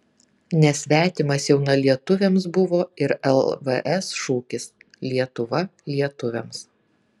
nesvetimas jaunalietuviams buvo ir lvs šūkis lietuva lietuviams